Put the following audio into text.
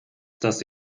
dass